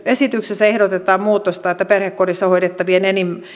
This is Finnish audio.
esityksessä todellakin ehdotetaan muutosta perhekodissa hoidettavien